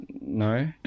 no